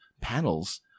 panels